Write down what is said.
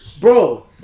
Bro